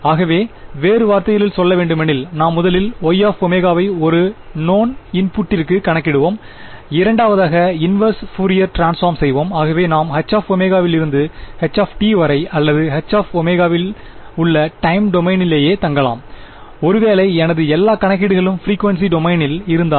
ஆகவே வேறு வார்த்தைகளில் சொல்ல வேண்டுமெனில் நாம் முதலில் Y ω வை ஒரு நோன் இன்புட்டிற்கு கணக்கிடுவோம் இரண்டாவதாக இன்வெர்ஸ் பியூரியர் ட்ரான்ஸபார்ம் செய்வோம் ஆகவே நாம் Hω விலிருந்து h வரை அல்லது நான்Hωஇல் உள்ள டைம் டொமைனிலேயே தங்கலாம் ஒருவேளை எனது எல்லா கணக்கீடுகலும் பிரிகுவேன்சி டொமைனில் இருந்தால்